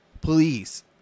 please